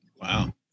Wow